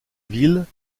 ville